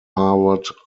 harvard